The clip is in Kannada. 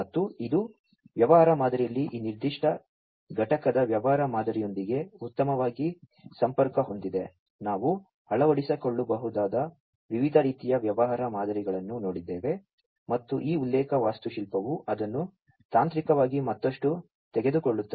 ಮತ್ತು ಇದು ವ್ಯವಹಾರ ಮಾದರಿಯಲ್ಲಿ ಈ ನಿರ್ದಿಷ್ಟ ಘಟಕದ ವ್ಯವಹಾರ ಮಾದರಿಯೊಂದಿಗೆ ಉತ್ತಮವಾಗಿ ಸಂಪರ್ಕ ಹೊಂದಿದೆ ನಾವು ಅಳವಡಿಸಿಕೊಳ್ಳಬಹುದಾದ ವಿವಿಧ ರೀತಿಯ ವ್ಯವಹಾರ ಮಾದರಿಗಳನ್ನು ನೋಡಿದ್ದೇವೆ ಮತ್ತು ಈ ಉಲ್ಲೇಖ ವಾಸ್ತುಶಿಲ್ಪವು ಅದನ್ನು ತಾಂತ್ರಿಕವಾಗಿ ಮತ್ತಷ್ಟು ತೆಗೆದುಕೊಳ್ಳುತ್ತದೆ